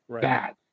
Bad